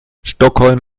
stockholm